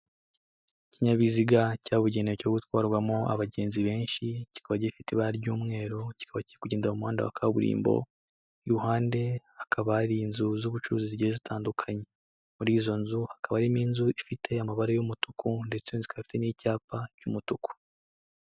Ikinyabiziga cyabugenewe cyo gutwarwamo abagenzi benshi, kikaba gifite ibara ry'umweru, kiba kiri kugenda mu muhanda wa kaburimbo, iruhande hakaba hari inzu z'ubucuruzi zigiye zitandukanye. Muri izo nzu, hakaba harimo inzu ifite amabara y'umutuku ndetse ikaba ifite n'icyapa cy'umutuku.